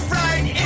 right